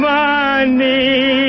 money